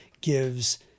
gives